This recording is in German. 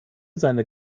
seine